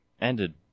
ended